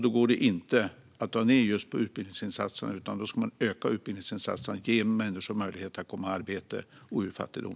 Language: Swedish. Då går det inte att dra ned på just utbildningsinsatserna, utan då ska man öka dem och ge människor möjlighet att komma i arbete och ur fattigdom.